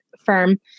firm